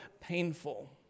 painful